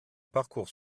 parcours